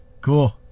Cool